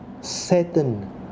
Satan